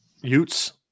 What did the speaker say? Utes